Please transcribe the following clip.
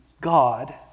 God